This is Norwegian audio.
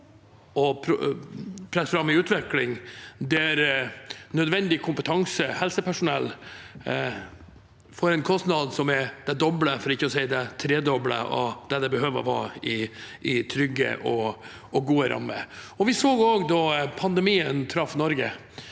å presse fram en utvikling der nødvendig kompetanse og helsepersonell får en kostnad som er det doble, for ikke å si det tredobbelte av det det behøver å være i trygge og gode rammer. Vi så også da pandemien traff Norge,